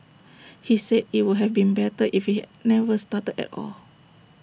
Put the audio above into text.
he said IT would have been better if he had never started at all